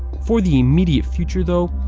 for the immediate future though,